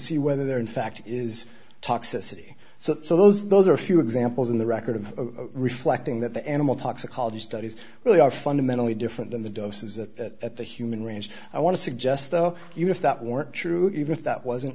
see whether they're in fact is toxicity so so those those are a few examples in the record of reflecting that the animal toxicology studies really are fundamentally different than the doses that the human range i want to suggest though you know if that weren't true even if that wasn't